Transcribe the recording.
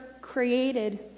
created